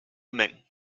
main